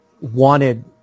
wanted